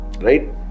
Right